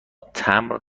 تمبر